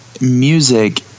music